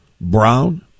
brown